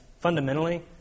fundamentally